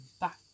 back